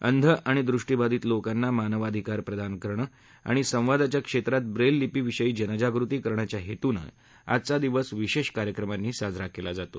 अंध आणि दृष्टिबाधित लोकांना मानवाधिकार प्रदान करणं आणि संवादाच्या क्षेत्रात ब्रेल लिपी विषयी जनजागृती करण्याच्या हेतूनं आजचा दिवस विशेष कार्यक्रमांनी साजरा केला जातो